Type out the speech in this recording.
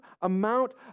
amount